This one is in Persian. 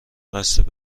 قصد